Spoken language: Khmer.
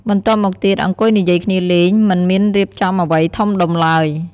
បន្ទាប់មកទៀតអង្គុយនិយាយគ្នាលេង មិនមានរៀបចំអ្វីធំដុំឡើយ។